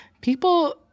people